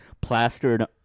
plastered